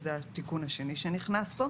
אז זה התיקון השני שנכנס פה.